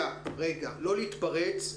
רגע, רגע, לא להתפרץ.